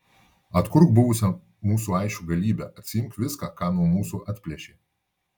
atkurk buvusią mūsų aisčių galybę atsiimk viską ką nuo mūsų atplėšė